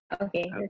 Okay